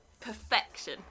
perfection